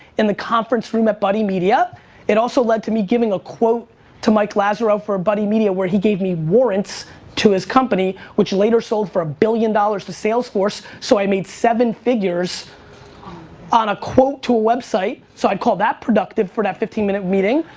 in the ocnference room at buddymedia it also lead to me giving a quote to mike lazzaro for buddymedia where he gave me warrents to his company which later sold for a billion dollars to salesforce, so i made seven figures on a quote to a website so i called that productive for that fifteen minute meeting.